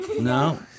No